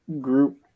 group